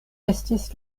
estis